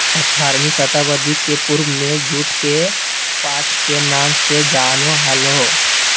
आठारहवीं शताब्दी के पूर्व में जुट के पाट के नाम से जानो हल्हो